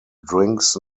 drinks